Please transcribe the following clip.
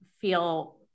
feel